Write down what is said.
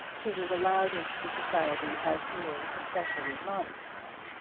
who was allowed into the society as being a specially modest man.